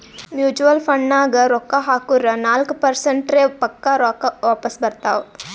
mutual ಫಂಡ್ನಾಗ್ ರೊಕ್ಕಾ ಹಾಕುರ್ ನಾಲ್ಕ ಪರ್ಸೆಂಟ್ರೆ ಪಕ್ಕಾ ರೊಕ್ಕಾ ವಾಪಸ್ ಬರ್ತಾವ್